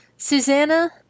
Susanna